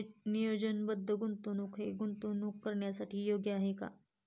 नियोजनबद्ध गुंतवणूक हे गुंतवणूक करण्यासाठी योग्य आहे का?